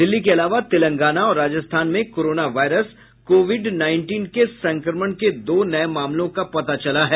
दिल्ली के अलावा तेलंगाना और राजस्थान में कोरोना वायरस कोविड नाईनटीन के संक्रमण के दो नए मामलों का पता चला है